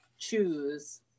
choose